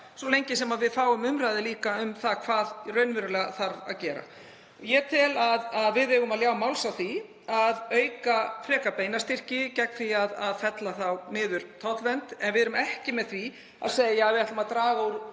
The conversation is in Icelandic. svo lengi sem við fáum líka umræðu um hvað þurfi raunverulega að gera. Ég tel að við eigum að ljá máls á því að auka frekar beina styrki gegn því að fella niður tollvernd. En við erum ekki með því að segja að við ætlum að draga úr